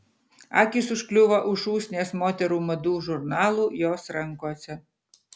akys užkliuvo už šūsnies moterų madų žurnalų jos rankose